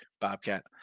bobcat